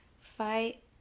Fight